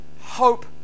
hope